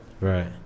Right